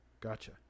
gotcha